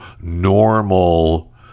normal